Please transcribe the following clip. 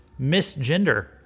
misgender